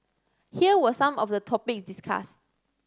here were some of the topics discussed